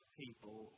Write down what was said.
people